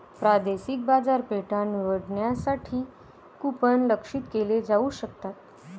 प्रादेशिक बाजारपेठा निवडण्यासाठी कूपन लक्ष्यित केले जाऊ शकतात